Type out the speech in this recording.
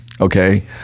okay